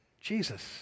Jesus